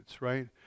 right